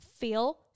feel